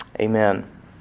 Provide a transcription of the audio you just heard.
Amen